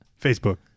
Facebook